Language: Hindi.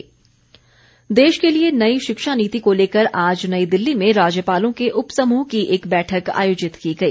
राज्यपाल देश के लिए नई शिक्षा नीति को लेकर आज नई दिल्ली में राज्यपालों के उप समूह की एक बैठक आयोजित की गई